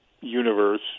universe